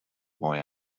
boy